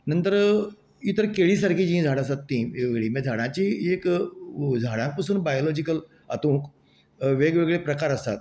नंतर इतर केळी सारकी जी झाडां आसात ती केळी एक झाडाची एक झाडां पसून बायोलॉजीकल हातूंक वेगवेगळे प्रकार आसात